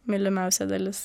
mylimiausia dalis